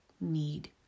need